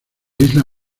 isla